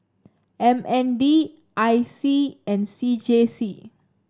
M N D I C and C J C